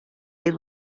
ell